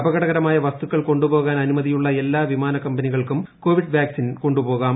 അപകടകരമായ വസ്തുക്കൾ കൊണ്ടു പോകാൻ അനുമതിയുള്ള എല്ലാ വിമാന കമ്പനികൾക്കും കോവിഡ് വാക്സിൻ കൊണ്ടു പോകാം